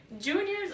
Juniors